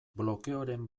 blokeoren